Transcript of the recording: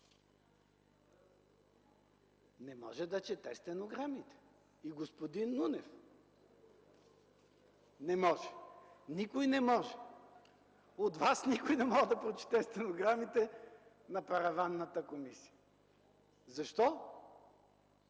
Не може да чете стенограмите и господин Нунев! Не може! Никой не може! От Вас никой не може да прочете стенограмите на параванната комисия. Защо? Защо